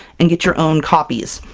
and get your own copies!